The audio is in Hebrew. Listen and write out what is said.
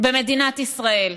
במדינת ישראל.